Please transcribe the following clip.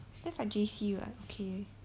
that's like J_C [what] okay